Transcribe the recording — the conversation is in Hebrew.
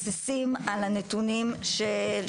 מתבססים על הנתונים של הקופות.